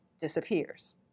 disappears